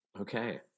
Okay